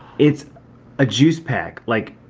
it's a juice pack, like,